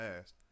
asked